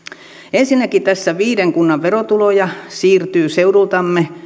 ensinnäkin tässä viiden kunnan verotuloja siirtyy seudultamme